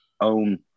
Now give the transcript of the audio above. own